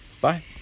Bye